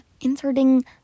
inserting